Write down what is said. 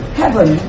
heaven